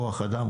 כוח אדם,